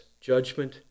judgment